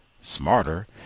smarter